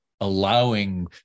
allowing